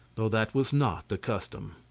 though that was not the custom.